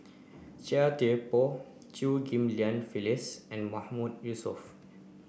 Chia Thye Poh Chew Ghim Lian Phyllis and Mahmood Yusof